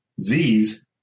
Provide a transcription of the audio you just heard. Z's